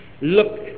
Look